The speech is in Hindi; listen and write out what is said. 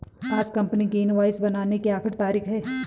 आज कंपनी की इनवॉइस बनाने की आखिरी तारीख है